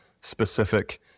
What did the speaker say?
specific